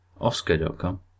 Oscar.com